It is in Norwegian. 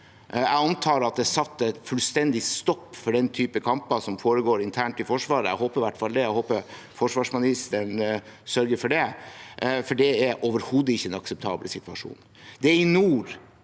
Jeg antar at det er satt en fullstendig stopper for denne typen kamper som foregår internt i Forsvaret. Jeg håper i hvert fall det. Jeg håper forsvarsministeren sørger for det, for det er overhodet ikke en akseptabel situasjon. Det er i nord